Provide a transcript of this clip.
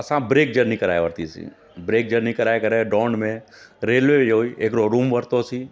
असां break journey कराए वरितीसीं ब्रेक जरनी कराए करे दौंड में रेलवे जो ई हिकिड़ो रूम वरितोसीं